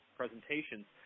presentations